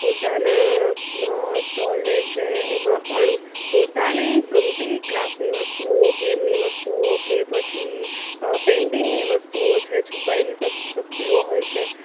પોતાના સ્ટોલ લે છે એમાં પણ પોતાને ગમતી ક્રાફ્ટની વસ્તુઓ ગેમની વસ્તુઓ કે પછી પેઇટિંગની વસ્તુઓ છે છુપાયેલી શક્તિઓ હોય છે